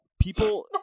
people